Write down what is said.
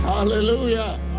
Hallelujah